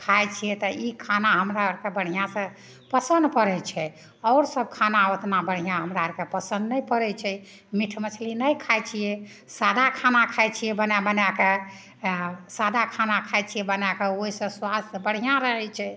खाइ छियै तऽ ई खाना हमरासँ बढ़िआँ तऽ पसन्द पड़य छै आओर सब खाना ओतना बढ़िआँ हमरा आरके पसन्द नहि पड़य छै मीट मछली नहि खाइ छियै सादा खाना खाइ छियै बनाय बनायके तऽ सादा खाना खाइ छियै बनाय कऽ ओइसँ स्वास्थ बढ़िआँ रहय छै